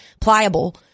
pliable